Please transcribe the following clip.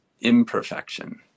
imperfection